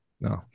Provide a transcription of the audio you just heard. No